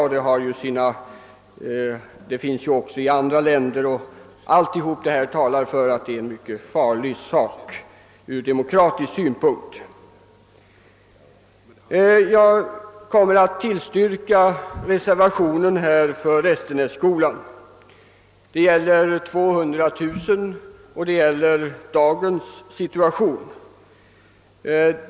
Motsvarigheter härtill finns också i andra länder, och allt tyder på att det är fråga om en från demokratisk synpunkt mycket farlig företeelse. Jag kommer att yrka bifall till reservationen om ett statsbidrag till Restenässkolan på 200 000 kronor från och med nästa budgetår.